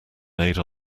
made